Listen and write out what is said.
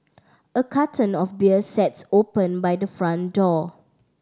a carton of beer sat's open by the front door